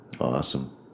awesome